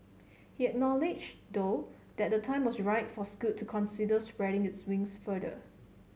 he acknowledged though that the time was right for Scoot to consider spreading its wings further